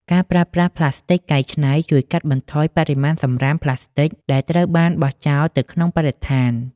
ការប្រើប្រាស់ផ្លាស្ទិកកែច្នៃជួយកាត់បន្ថយបរិមាណសំរាមផ្លាស្ទិកដែលត្រូវបានបោះចោលទៅក្នុងបរិស្ថាន។